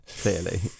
clearly